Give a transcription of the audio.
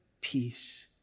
peace